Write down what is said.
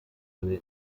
alle